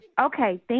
Okay